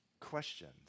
questions